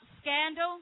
scandal